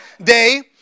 day